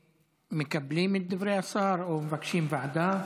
מקבלים את דברי השר או מבקשים ועדה?